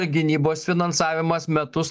ir gynybos finansavimas metus